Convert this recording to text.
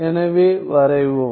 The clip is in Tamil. எனவே வரைவோம்